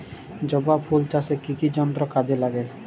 জবা ফুল চাষে কি কি যন্ত্র কাজে লাগে?